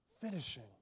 finishing